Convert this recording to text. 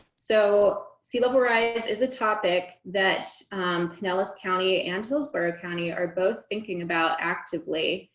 so sea level rise is a topic that pinellas county and hillsborough county are both thinking about actively,